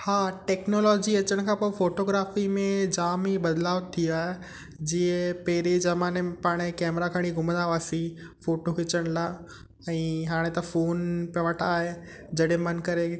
हा टैक्नोलॉजी अचण खां पोइ फ़ोटोग्राफी में जामु ई बदलाव थी वियो आहे जीअं पहिरीं ज़माने में पाण कैमरा खणी घुमंदा हुआसीं फ़ोटो खिचण लाइ ऐं हाणे त फ़ोन पे वठा आहे जॾहिं मनु करे